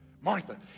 Martha